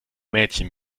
mädchen